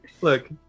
Look